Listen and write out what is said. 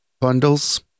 bundles